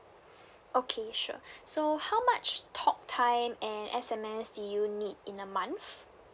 okay sure so how much talk time and S_M_S do you need in a month